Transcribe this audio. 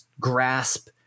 grasp